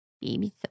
Baby